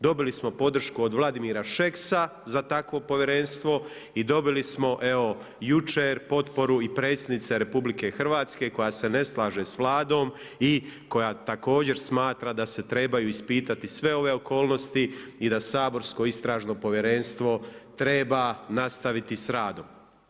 Dobili smo podršku od Vladimira Šeksa za takvo Povjerenstvo i dobili smo evo, jučer potporu i Predsjednice RH koja se ne slaže sa Vladom i koja također smatra da se trebaju ispitati sve ove okolnosti i da saborsko Istražno povjerenstvo treba nastaviti sa radom.